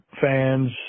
fans